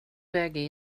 väg